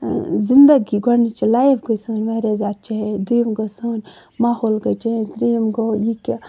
زِندگی گۄڈٕنِچ لایف گٔے سٲنۍ واریاہ زیادٕ چینج دۄیِم گوٚو سون ماحول گوٚو چینج ترٛیِم گوٚو یہِ کہِ